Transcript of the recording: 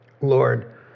Lord